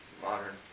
modern